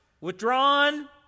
withdrawn